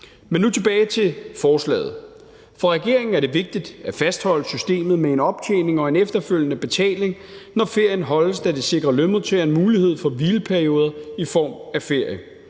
Men nu tilbage til forslaget. For regeringen er det vigtigt at fastholde systemet med en optjening og en efterfølgende betaling, når ferien holdes, da det sikrer lønmodtageren mulighed for hvileperioder i form af ferie.